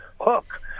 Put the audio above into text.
hook